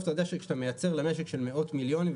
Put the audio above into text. אתה יודע שכשאתה מייצר למשק של מאות מיליונים,